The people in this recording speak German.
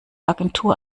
agentur